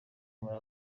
muri